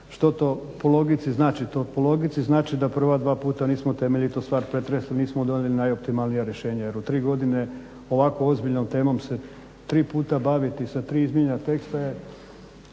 Što to po logici znači? To po logici znači da prva dva puta nismo temeljito pretresli, nismo donijeli najoptimalnija rješenja. Jer u tri godine ovako ozbiljnom temom se tri puta baviti sa tri izmijenjena teksta je,